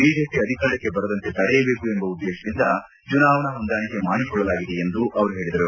BJP ಅಧಿಕಾರಕ್ಕೆ ಬರದಂತೆ ತಡೆಯಬೇಕು ಎಂಬ ಉದ್ದೇಶದಿಂದ ಚುನಾವಣಾ ಹೊಂದಾಣಿಕೆ ಮಾಡಿಕೊಳ್ಳಲಾಗಿದೆ ಎಂದು ಅವರು ಹೇಳಿದರು